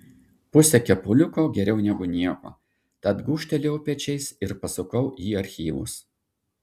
pusė kepaliuko geriau negu nieko tad gūžtelėjau pečiais ir pasukau į archyvus